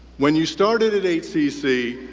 when you started at hcc,